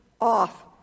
off